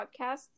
Podcasts